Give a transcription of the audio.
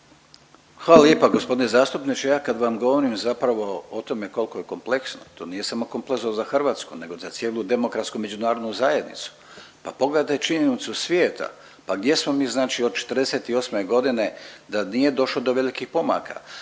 Hvala lijepa g. zastupniče. Ja kad vam govorim zapravo o tome koliko je kompleksno, to nije samo kompleksno za Hrvatsku nego za cijelu demokratsku međunarodnu zajednicu. Pa pogledajte činjenicu svijeta, pa gdje smo mi znači od '48. godine da nije došlo do velikih pomaka,